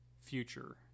future